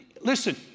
Listen